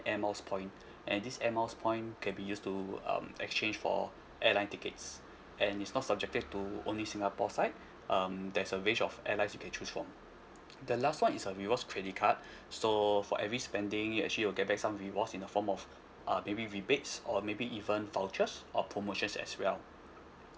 air miles point and this air miles point can be used to um exchange for airline tickets and is not subjected to only singapore side um there's a range of airlines you can choose from the last [one] is a rewards credit card so for every spending you actually will get back some rewards in a form of uh maybe rebates or maybe even vouchers or promotions as well